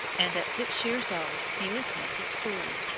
and at six years old he was sent to school.